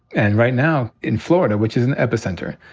and right now in florida, which is an epicenter,